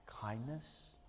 kindness